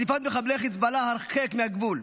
הדיפת מחבלי חיזבאללה הרחק מהגבול,